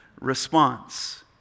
response